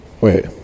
Wait